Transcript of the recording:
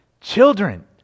Children